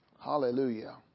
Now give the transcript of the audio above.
Hallelujah